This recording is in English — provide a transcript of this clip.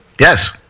Yes